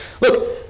look